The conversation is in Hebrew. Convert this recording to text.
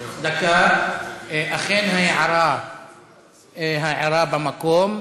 אכן, ההערה במקום.